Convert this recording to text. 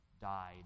died